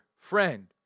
friend